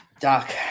Doc